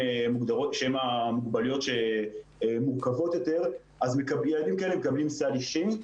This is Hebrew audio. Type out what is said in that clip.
המוגבלויות המורכבות יותר מקבלים סל אישי,